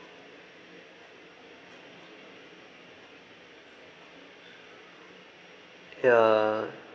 ya